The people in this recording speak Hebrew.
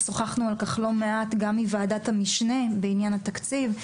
ושוחחנו על כך לא מעט גם בוועדת המשנה בעניין התקציב,